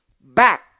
back